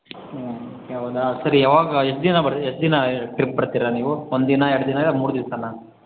ಹೌದಾ ಸರಿ ಯಾವಾಗ ಎಷ್ಟು ದಿನ ಬ ಎಷ್ಟು ದಿನ ಟ್ರಿಪ್ ಬರ್ತೀರ ನೀವು ಒಂದು ದಿನ ಎರಡು ದಿನ ಇಲ್ಲ ಮೂರು ದಿವಸನಾ